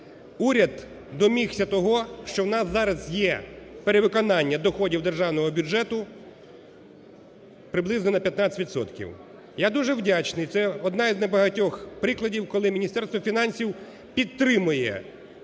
уряд домігся того, що у нас зараз є перевиконання доходів державного бюджету приблизно на 15 відсотків. Я дуже вдячний, це один із небагатьох прикладів, коли Міністерство фінансів підтримує